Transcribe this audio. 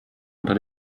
unter